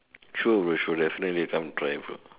true true definitely some drive